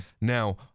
Now